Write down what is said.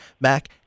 mac